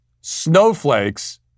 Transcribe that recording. snowflakes